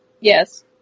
Yes